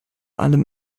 allem